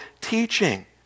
teaching